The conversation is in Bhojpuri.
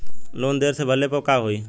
लोन देरी से भरले पर का होई?